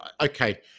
okay